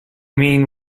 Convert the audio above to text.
mean